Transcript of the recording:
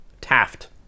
Taft